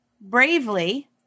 bravely